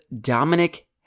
Dominic